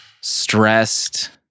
stressed